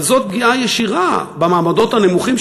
אבל זאת פגיעה ישירה במעמדות הנמוכים,